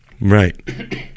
Right